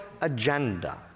agenda